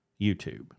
YouTube